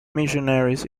missionaries